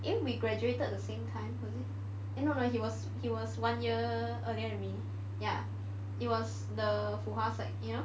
eh we graduated the same time was it eh no no no he was he was one year earlier than me ya it was the Fu Hua sec you know